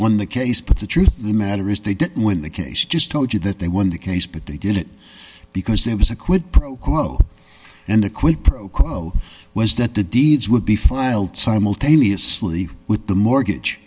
won the case but the truth of the matter is they didn't win the case just told you that they won the case but they did it because there was a quid pro quo and the quid pro quo was that the deeds would be filed simultaneously with the mortgage